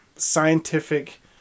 scientific